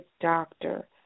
doctor